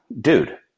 Dude